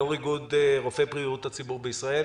יו"ר איגוד רופאי בריאות הציבור בישראל.